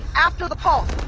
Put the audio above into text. after the pulse,